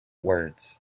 words